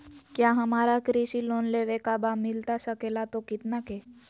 क्या हमारा कृषि लोन लेवे का बा मिलता सके ला तो कितना के?